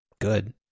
good